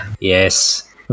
Yes